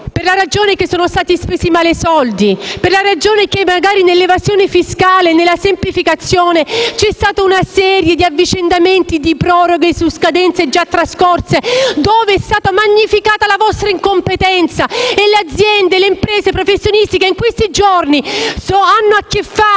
per il fatto che sono stati spesi male i soldi, per il fatto che magari nell'evasione fiscale, nella semplificazione, c'è stata una serie di avvicendamenti di proroghe su scadenze già trascorse, dove è stata magnificata la vostra incompetenza - e le aziende, le imprese ed i professionisti che in questi giorni hanno a che fare